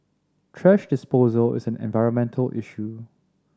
thrash disposal is an environmental issue